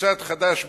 קבוצות חד"ש,